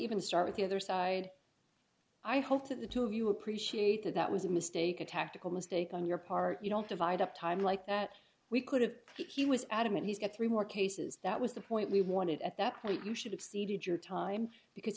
even start with the other side i hope that the two of you appreciate that that was a mistake a tactical mistake on your part you don't divide up time like that we could have he was adamant he's got three more cases that was the point we wanted at that point you should exceeded your time because